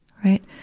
right.